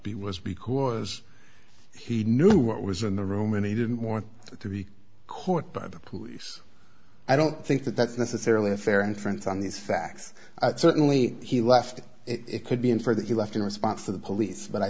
b was because he knew what was in the room and he didn't want to be caught by the police i don't think that that's necessarily a fair inference on these facts certainly he left it could be inferred that he left in response to the police but i